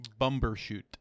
Bumbershoot